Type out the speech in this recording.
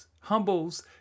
humbles